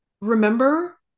remember